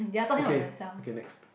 okay okay next